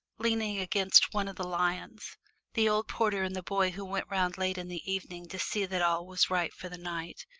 leaning against one of the lions the old porter and the boy who went round late in the evening to see that all was right for the night,